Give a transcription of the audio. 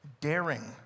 daring